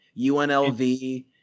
UNLV